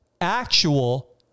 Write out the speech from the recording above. actual